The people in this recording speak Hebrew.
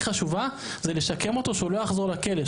חשובה זה לשקם אותו שהוא לא יחזור לכלא,